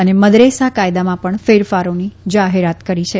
અને મદરેસા કાયદામાં પણ ફેરફારોની જાહેરાત કરી છે